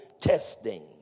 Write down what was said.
testing